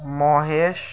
Mahesh